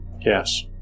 Yes